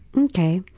okay.